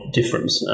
difference